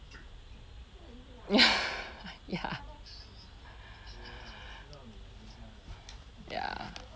ya ya ya